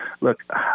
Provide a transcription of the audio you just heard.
Look